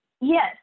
yes